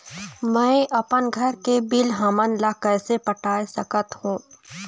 मैं अपन घर के बिल हमन ला कैसे पटाए सकत हो?